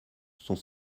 sont